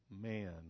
man